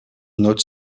not